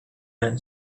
man